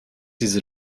diese